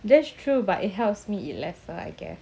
that's true but it helps me eat lesser I guess